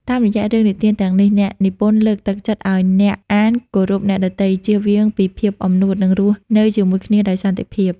តាមរយៈរឿងនិទានទាំងនេះ អ្នកនិពន្ធលើកទឹកចិត្តឱ្យអ្នកអានគោរពអ្នកដទៃ ជៀសវាងពីភាពអំនួត និងរស់នៅជាមួយគ្នាដោយសន្តិភាព។